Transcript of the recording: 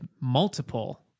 multiple